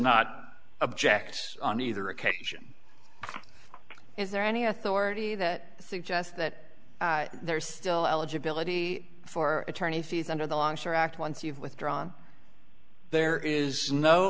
not objects on either occasion is there any authority that suggests that there is still eligibility for attorney fees under the longshore act once you've withdrawn there is no